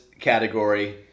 category